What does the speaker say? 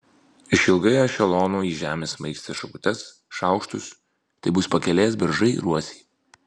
išilgai ešelonų į žemę smaigstė šakutes šaukštus tai bus pakelės beržai ir uosiai